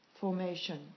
formation